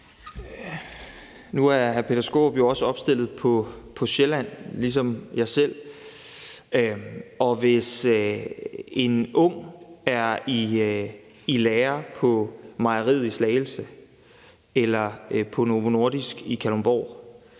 Nu er hr. Peter Skaarup jo opstillet på Sjælland ligesom jeg selv, og hvis en ung er i lære på mejeriet i Slagelse eller på Novo Nordisk i Kalundborg,